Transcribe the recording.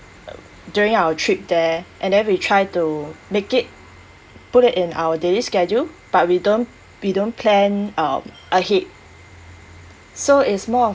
during our trip there and then we try to make it put it in our daily schedule but we don't we don't plan um ahead so it's more